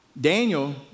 Daniel